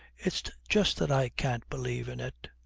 it's just that i can't believe in it